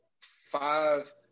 five